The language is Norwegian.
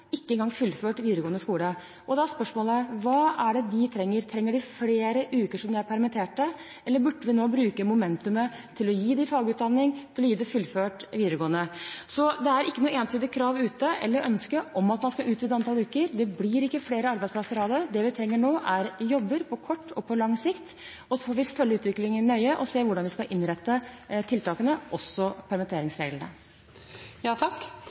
ikke engang fullført videregående skole. Da er spørsmålet: Hva er det de trenger? Trenger de flere uker som de er permitterte, eller burde vi nå bruke momentumet til å gi dem fagutdanning, til å gi dem fullført videregående? Så det er ikke noe entydig krav ute eller ønske om at man skal utvide antall uker, det blir ikke flere arbeidsplasser av det. Det vi trenger nå, er jobber på kort og på lang sikt. Og så får vi følge utviklingen nøye og se hvordan vi skal innrette tiltakene, også